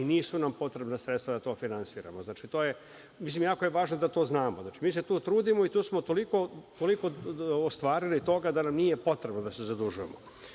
i nisu nam potrebna sredstva da to finansiramo. Jako je važno da to znamo. Znači, mi se tu trudimo i tu smo toliko toga ostvarili da nam nije potrebno da se zadužujemo.